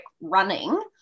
running